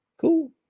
Cool